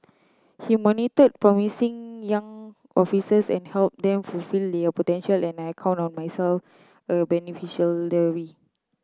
he monitored promising young officers and help them fulfil potential and I count myself a beneficial